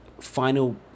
final